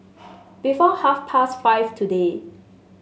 before half past five today